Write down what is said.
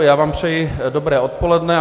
Já vám přeji dobré odpoledne.